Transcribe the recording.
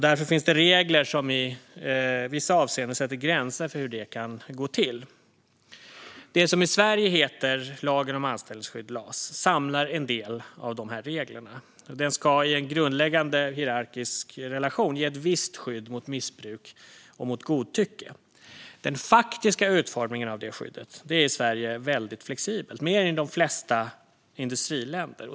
Därför finns regler som i vissa avseenden sätter gränser för hur det kan gå till. Det som i Sverige heter lag om anställningsskydd, LAS, samlar en del av de reglerna. Lagen ska i en grundläggande hierarkisk relation ge ett visst skydd mot missbruk och godtycke. Den faktiska utformningen av det skyddet är i Sverige mycket flexibelt, mer än i de flesta industriländer.